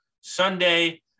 Sunday